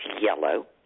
yellow